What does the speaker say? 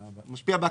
זה משפיע בעקיפין.